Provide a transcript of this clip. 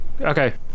okay